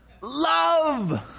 love